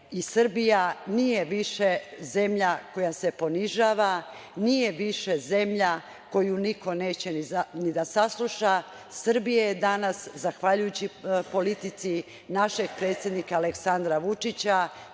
Srbija nije više zemlja koja se ponižava, nije više zemlja koju niko neće ni da sasluša. Srbija je danas, zahvaljujući politici našeg predsednika Aleksandra Vučića,